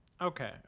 Okay